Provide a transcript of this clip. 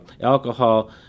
alcohol